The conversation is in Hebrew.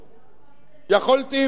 זה לא נכון, יכולתי ואני יכול להפליג